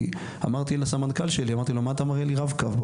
אמרתי לסמנכ"ל שלי מה אתה מראה לי רב-קו.